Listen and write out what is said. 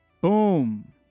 Boom